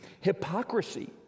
Hypocrisy